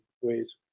ways